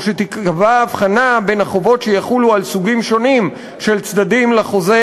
או שתיקבע הבחנה בין החובות שיחולו על סוגים שונים של צדדים לחוזה,